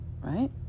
right